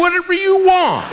whatever you want